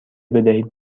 بدهید